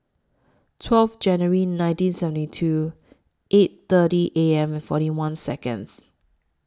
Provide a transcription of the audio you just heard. twelve January nineteen seventy two eight thirty A M and forty one Seconds